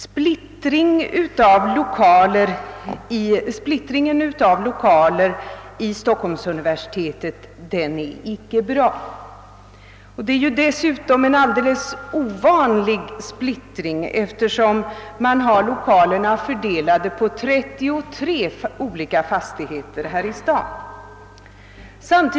Splittringen av lokalerna vid Stockholms universitet är ett otillfredsställande förhållande, och det är dessutom fråga om en alldeles ovanligt stor splittring, eftersom lokalerna är fördelade på 33 olika fastigheter här i staden.